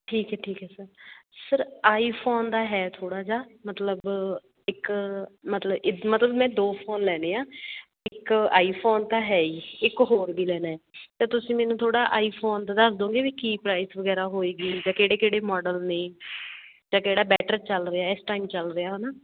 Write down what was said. ਠੀਕ ਹੈ ਠੀਕ ਹੈ ਸਰ ਸਰ ਆਈਫੋਨ ਦਾ ਹੈ ਥੋੜ੍ਹਾ ਜਿਹਾ ਮਤਲਬ ਇੱਕ ਮਤਲਬ ਇ ਮਤਲਬ ਮੈਂ ਦੋ ਫੋਨ ਲੈਣੇ ਆ ਇੱਕ ਆਈਫੋਨ ਤਾਂ ਹੈ ਹੀ ਇੱਕ ਹੋਰ ਵੀ ਲੈਣਾ ਤਾਂ ਤੁਸੀਂ ਮੈਨੂੰ ਥੋੜ੍ਹਾ ਆਈਫੋਨ ਦਾ ਦੱਸ ਦੋਗੇ ਵੀ ਕੀ ਪ੍ਰਾਈਸ ਵਗੈਰਾ ਹੋਏਗੀ ਜਾਂ ਕਿਹੜੇ ਕਿਹੜੇ ਮਾਡਲ ਨੇ ਜਾਂ ਕਿਹੜਾ ਬੈਟਰ ਚੱਲ ਰਿਹਾ ਇਸ ਟਾਈਮ ਚੱਲ ਰਿਹਾ ਹੈ ਨਾ